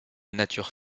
nature